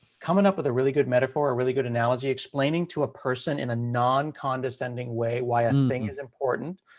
coming up with a really good metaphor or a really good analogy explaining to a person in a non-condescending way why a and thing is important,